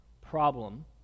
problem